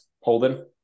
Holden